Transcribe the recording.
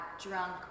drunk